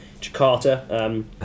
Jakarta